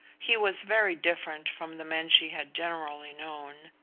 he was very different from the men she had generally known,